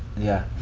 yeah.